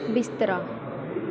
ਬਿਸਤਰਾ